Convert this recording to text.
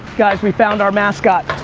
guys, we found our mascot.